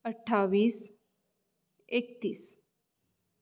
अठ्ठावीस एकतीस